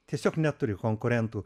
tiesiog neturi konkurentų